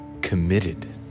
committed